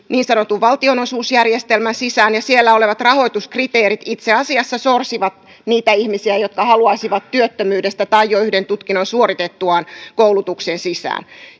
niin sanotun valtionosuusjärjestelmän sisään ja siellä olevat rahoituskriteerit itse asiassa sorsivat niitä ihmisiä jotka haluaisivat työttömyydestä tai jo yhden tutkinnon suoritettuaan koulutukseen sisään